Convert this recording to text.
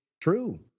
true